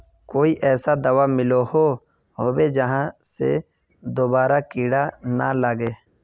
कोई ऐसा दाबा मिलोहो होबे जहा से दोबारा कीड़ा ना लागे?